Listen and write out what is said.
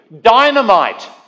dynamite